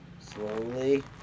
Slowly